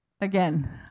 again